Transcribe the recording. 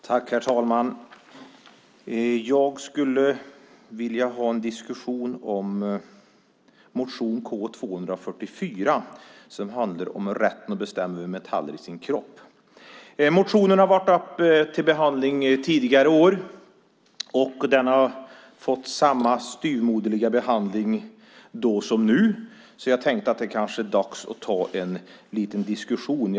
Herr talman! Jag skulle vilja ha en diskussion om motion K244, som handlar om rätten att bestämma över metallen i sin kropp. Motionen har varit uppe till behandling tidigare år, och den har fått samma styvmoderliga behandling då som nu. Jag tänkte att det kanske är dags att ta en liten diskussion.